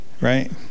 right